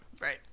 Right